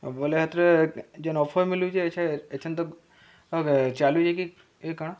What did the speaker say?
ବୋଲେ ହେଥିରେ ଯେନ୍ ଅଫର୍ ମଳୁଛେ ଏଛନ୍ ତ ଚାଲୁଛେ କି ଏ କାଣ